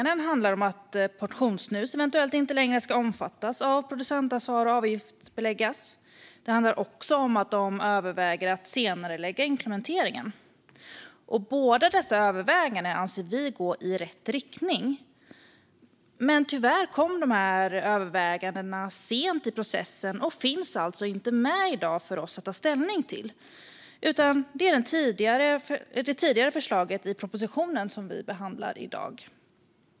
Det handlar om att portionssnus eventuellt inte längre ska omfattas av producentansvar och avgiftsbeläggas. Man överväger också att senarelägga implementeringen. Båda dessa överväganden anser vi är att gå i rätt riktning, men tyvärr kom de sent i processen och finns alltså inte med i dag för oss att ta ställning till. Det är i stället det tidigare förslaget i propositionen som vi behandlar i dag.